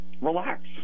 relax